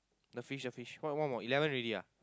the fish the fish what what about eleven already